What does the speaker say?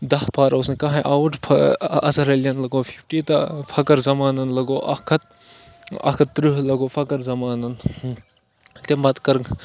دَہ فار اوس نہٕ کانٛہَے آوُٹ اظہر علی یَن لَگوو فِفٹی تہٕ فخر زمانَن لگوو اَکھ ہَتھ اَکھ ہَتھ تٕرٛہ لگوو فخر زمانَن تَمہِ پَتہٕ کٔرٕکھ